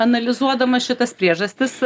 analizuodama šitas priežastis